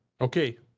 Okay